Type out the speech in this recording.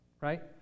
right